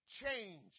change